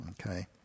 Okay